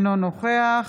אינו נוכח